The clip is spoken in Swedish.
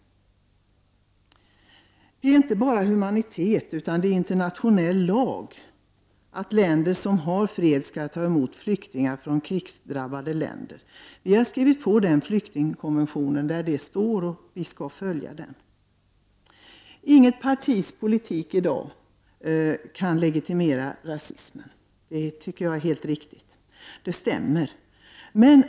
Det är inte bara fråga om humanitet, utan det finns internationell lag på att länder som har fred skall ta emot flyktingar från krigsdrabbade länder. Vi har skrivit på den flyktingkonvention där detta står, och vi skall följa den. Inget partis politik i dag kan legitimera rasism. Det tycker jag är helt riktigt. Det stämmer.